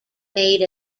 made